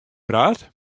praat